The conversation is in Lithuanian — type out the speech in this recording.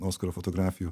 oskaro fotografijų